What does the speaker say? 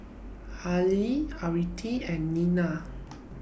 Haley Aretha and Ninnie